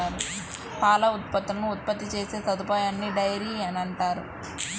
పాల ఉత్పత్తులను ఉత్పత్తి చేసే సదుపాయాన్నిడైరీ అంటారు